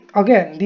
again